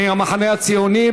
מהמחנה הציוני,